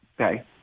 okay